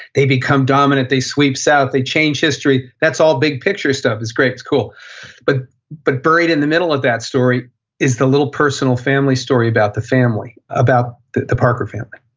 they become dominant, they sweep south, they change history. that's all big-picture stuff. it's great, it's cool but but buried in the middle of that story is the little personal family story about the family. about the the parker family.